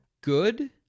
good